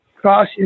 cross